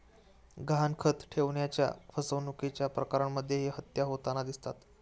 गहाणखत ठेवण्याच्या फसवणुकीच्या प्रकरणांमध्येही हत्या होताना दिसतात